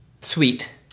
Sweet